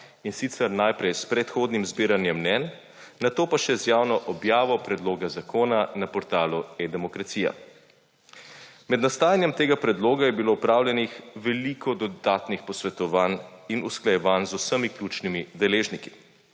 in sicer najprej s predhodnim zbiranjem mnenj, nato pa še z javno objavo predloga zakona na portalu eDemokracija. Med nastajanjem tega predloga je bilo opravljenih veliko dodatnih posvetovanj in usklajevanj z vsemi ključnimi deležniki.